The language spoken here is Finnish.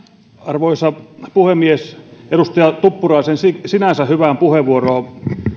arvoisa puhemies edustaja tuppuraisen sinänsä hyvään puheenvuoroon